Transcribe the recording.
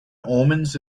omens